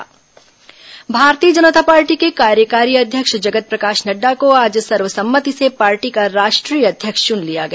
भाजपा नए अध्यक्ष भारतीय जनता पार्टी के कार्यकारी अध्यक्ष जगत प्रकाश नड्डा को आज सर्व सम्मति से पार्टी का राष्ट्रीय अध्यक्ष चुन लिया गया